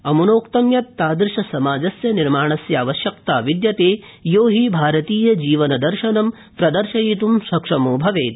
अमुनोक्तं यत् तादृश समाजस्य निर्माणावश्यकता विदयते यो हि भारतीयजीवन दर्शनं प्रदर्शयित्ं सक्षमो भवेत्